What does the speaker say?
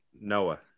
Noah